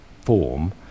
form